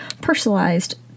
personalized